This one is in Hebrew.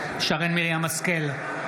בעד שרן מרים השכל,